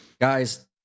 guys